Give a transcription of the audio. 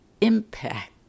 impact